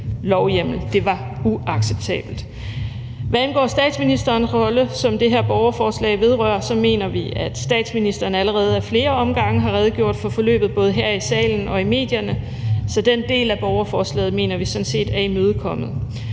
lovhjemmel. Det var uacceptabelt. Hvad angår statsministerens rolle, som det her borgerforslag vedrører, mener vi, at statsministeren allerede ad flere omgange har redegjort for forløbet både her i salen og i medierne, så den del af borgerforslaget mener vi sådan set er imødekommet.